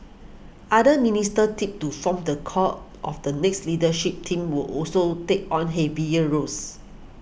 other ministers tipped to form the core of the next leadership team will also take on heavier roles